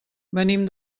venim